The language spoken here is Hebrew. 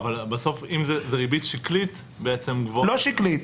אבל בסוף, אם זו ריבית שקלית --- לא שקלית.